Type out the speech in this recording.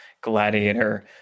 Gladiator